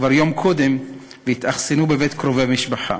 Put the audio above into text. כבר יום קודם והתאכסנו בבית קרובי משפחה,